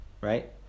right